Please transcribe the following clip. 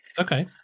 Okay